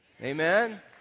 Amen